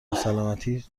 ناسلامتی